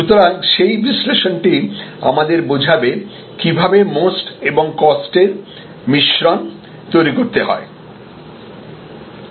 সুতরাং সেই বিশ্লেষণটি আমাদের বোঝাবে কীভাবে মোস্ট এবং কস্টের মিশ্রণ তৈরি করতে হবে